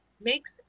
makes